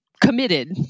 committed